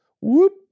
Whoop